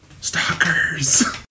stalkers